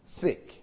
sick